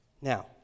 Now